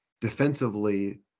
defensively